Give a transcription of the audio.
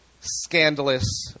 scandalous